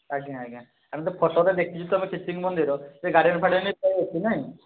ଆଜ୍ଞା ଆଜ୍ଞା ଆମେ ତ ଫୋଟୋରେ ଦେଖିଛୁ ଖିଚିଙ୍ଗ ମନ୍ଦିର ସେ ଗାର୍ଡ଼େନଫାର୍ଡ଼େନ ସବୁ ଅଛି ନାଇଁ